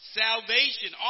salvation